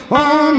on